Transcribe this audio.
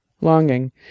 longing